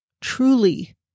truly